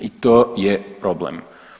I to je problem.